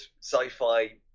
sci-fi